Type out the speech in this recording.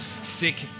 sick